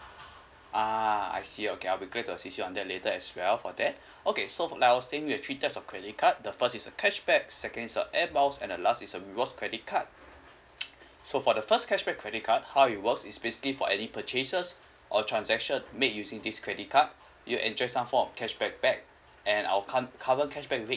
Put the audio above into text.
ah I see okay I'll be glad to assist you on that later as well for that okay so from I was saying we have three types of credit card the first is a cashback second is a air miles and the last is a rewards credit card so for the first cashback credit card how it works is basically for any purchases or transaction made using this credit card you enjoy some form of cashback back and our cun~ current cashback rate